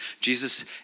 Jesus